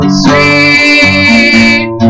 sweet